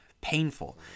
painful